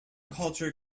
culture